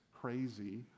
crazy